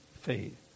faith